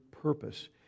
purpose